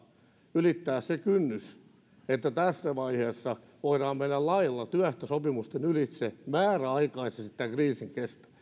ylittää se kynnys että tässä vaiheessa voidaan mennä lailla työehtosopimusten ylitse määräaikaisesti tämän kriisin kestäessä